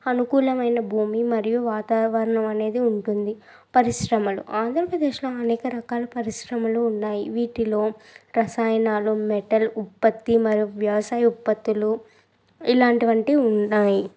అనుకూలమైన భూమి మరియు వాతావరణం అనేది ఉంటుంది పరిశ్రమలు ఆంధ్రప్రదేశ్లో అనేక రకాల పరిశ్రమలు ఉన్నాయి వీటిలో రసాయనాలు మెటల్ ఉత్పత్తి మరియు వ్యవసాయ ఉత్పత్తులు ఇలాంటి వంటి ఉన్నాయి